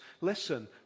listen